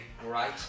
great